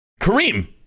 kareem